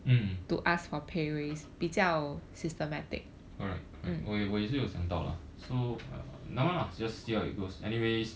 mm alright 我也我也是有想到啦 so never mind lah just see how it goes anyways